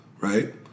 right